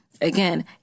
Again